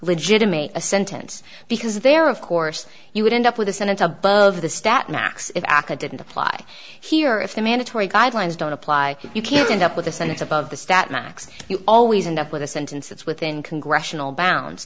legitimate a sentence because there of course you would end up with a sentence above the stat max if aca didn't apply here if the mandatory guidelines don't apply you can't end up with a sentence above the stat max you always end up with a sentence that's within congressional bounds